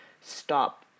stop